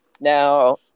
Now